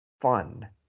fun